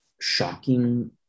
shocking